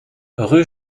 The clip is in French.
rue